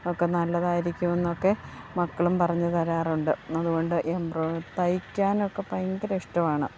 ഒക്കെ നല്ലതായിരിക്കുമെന്നൊക്കെ മക്കളും പറഞ്ഞു തരാറുണ്ട് അതു കൊണ്ട് എംബ്രോ തയ്ക്കാനൊക്കെ ഭയങ്കര ഇഷ്ടമാണ്